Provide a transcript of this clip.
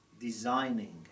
designing